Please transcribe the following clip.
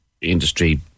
industry